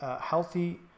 healthy